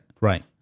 right